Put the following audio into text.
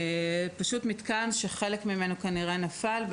זהו מתקן שחלק ממנו נפל, כנראה.